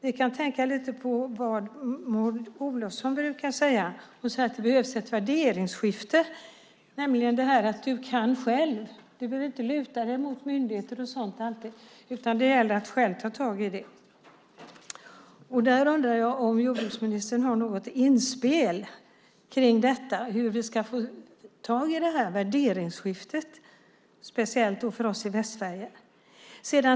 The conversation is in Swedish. Vi kan tänka lite grann på vad Maud Olofsson brukar säga. Hon säger att det behövs ett värderingsskifte, nämligen att du kan själv och att du inte alltid behöver luta dig mot myndigheter och så vidare utan att det gäller att själv ta tag i det. Jag undrar om jordbruksministern har något inspel kring detta, alltså hur vi ska ta tag i detta värderingsskifte, speciellt för oss i Västsverige.